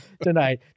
tonight